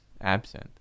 absent